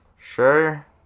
Sure